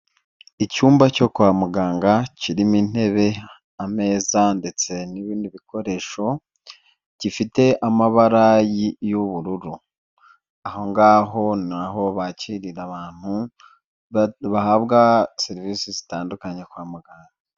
Icyumba cyo kwa muganga kirimo intebe, ameza ndetse n'ibindi bikoresho, gifite amabara y'ubururu, aho ngaho ni aho bakirira abantu, bahabwa serivisi zitandukanye kwa muganga.